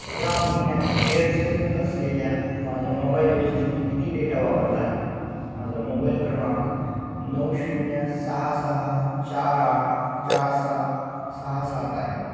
या महिन्यात एअरसेल असलेल्या माझ्या मोबाईल योजनेत मी किती डेटा वापरला आहे माझा मोबाईल क्रमांक नऊ शून्य सहा सहा चार आठ चार सात सहा सात आहे